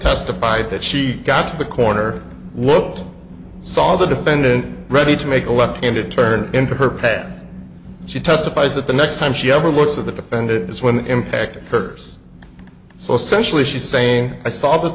testified that she got to the corner loped saw the defendant ready to make a left and it turned into her path she testifies that the next time she ever looks at the defendant is when the impact occurs so essentially she's saying i saw that